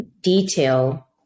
detail